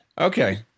Okay